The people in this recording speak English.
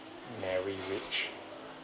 marry rich